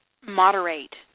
moderate